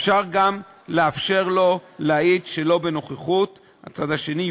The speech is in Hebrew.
אפשר גם לאפשר לו להעיד שלא בנוכחות הצד השני.